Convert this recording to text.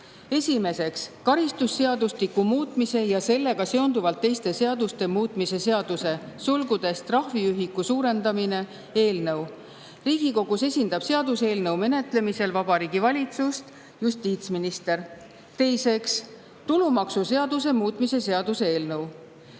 Esimeseks, karistusseadustiku muutmise ja sellega seonduvalt teiste seaduste muutmise seaduse (trahviühiku suurendamine) eelnõu. Riigikogus esindab seaduseelnõu menetlemisel Vabariigi Valitsust justiitsminister. Teiseks, tulumaksuseaduse muutmise seaduse eelnõu.